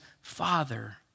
Father